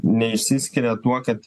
neišsiskiria tuo kad